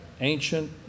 ancient